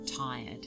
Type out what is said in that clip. tired